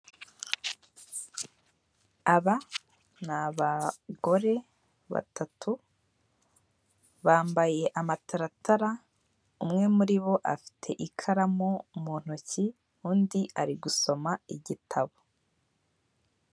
Aba ni abagore batatu bambaye amataratara, umwe muri bo afite ikaramu mu ntoki undi ari gusoma igitabo.